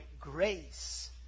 grace